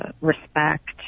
respect